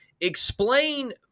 explain